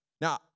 Now